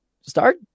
start